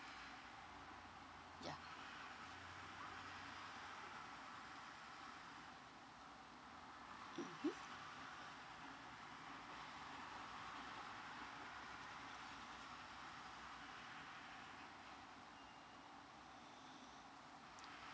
ya mmhmm